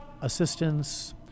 assistance